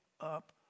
up